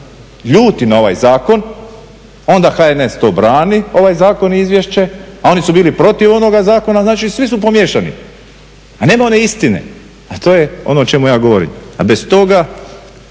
ljuti na ovaj zakon, onda HNS brani ovaj zakon i izvješće, a oni su bili protiv onoga zakona, znači svi su pomiješani. Nema one istine, a to je ono o čemu ja govorim. Bez toga